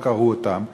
לא קראו אותה.